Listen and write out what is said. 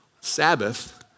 Sabbath